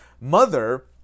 mother